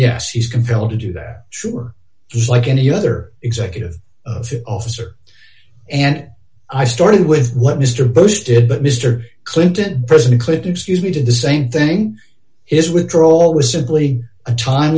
yes he's compelled to do that sure he's like any other executive officer and i started with what mr bush did but mr clinton president clinton excuse me did the same thing his withdrawal was simply a time